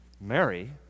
Mary